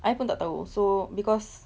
I pun tak tahu so because